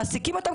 מעסיקים אותם,